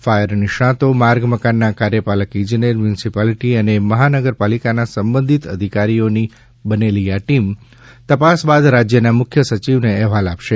fire નિષ્ણાંતો માર્ગ મકાનના કાર્યપાલક ઇજનેર મ્યુનિસિપાલિટી અને મહાનગર પાલિકાના સંબંધિત અધિકારીઓની બનેલી આ ટીમ તપાસ બાદ રાજ્યના મુખ્ય સચિવને અહેવાલ આપશે